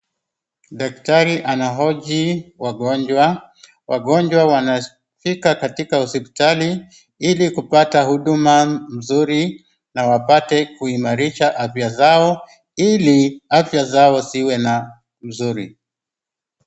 Daktari anahoji wagonjwa. Wagonjwa wanafika katika hospitali ili kupata huduma nzuri na wapate kuimarisha afya zao ili afya zao ziwe na uzuri.